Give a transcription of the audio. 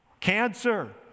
Cancer